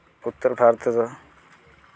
ᱩᱛᱛᱚᱨ ᱵᱷᱟᱨᱚᱛ ᱨᱮᱫᱚ